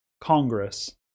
Congress